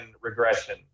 regression